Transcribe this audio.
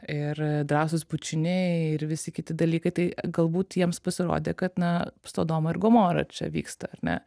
ir drąsūs bučiniai ir visi kiti dalykai tai galbūt jiems pasirodė kad na sodoma ir gomora čia vyksta ar ne